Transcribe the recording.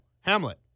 Hamlet